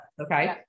Okay